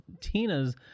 Tina's